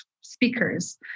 speakers